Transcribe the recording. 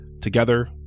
Together